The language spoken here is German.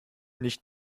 nicht